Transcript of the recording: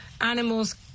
Animals